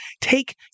take